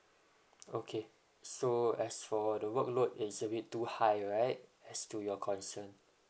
okay so as for the work load is a bit too high right as to your concern